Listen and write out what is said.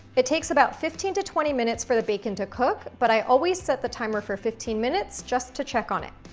it takes about fifteen to twenty minutes for the bacon to cook, but i always set the timer for fifteen minutes, just to check on it.